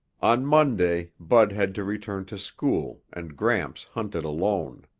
on monday bud had to return to school and gramps hunted alone.